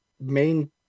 main